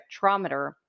spectrometer